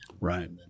Right